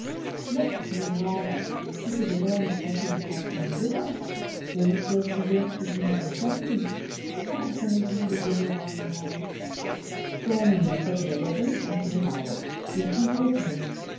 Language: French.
mais mon brave tous ces bonheurs ne sont que des fractions du bonheur des espèces diverses d'une seule famille comment comprenez-vous le bonheur en général comme il n'y a pas de vagabond en général je ne puis vous répondre